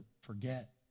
forget